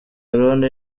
aaron